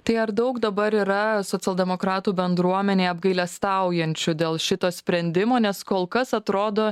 tai ar daug dabar yra socialdemokratų bendruomenėje apgailestaujančių dėl šito sprendimo nes kol kas atrodo